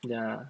yeah